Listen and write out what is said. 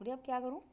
गुड़िया अब क्या करुं